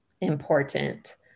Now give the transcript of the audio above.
important